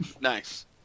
nice